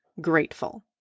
grateful